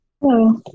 Hello